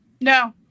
No